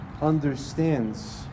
understands